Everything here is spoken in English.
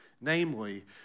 Namely